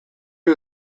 was